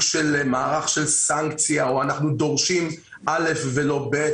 של מערך של סנקציה או אנחנו דורשים א' ו לא ב'.